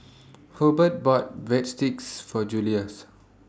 Hobert bought Breadsticks For Julius